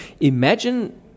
imagine